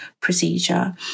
procedure